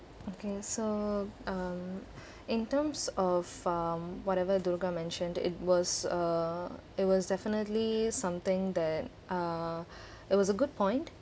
okay so um in terms of um whatever dhurga mentioned it was uh it was definitely something that uh it was a good point